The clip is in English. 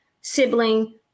sibling